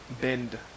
Bend